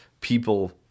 people